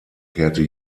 kehrte